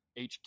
hq